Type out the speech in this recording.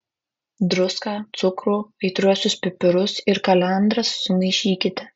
druską cukrų aitriuosius pipirus ir kalendras sumaišykite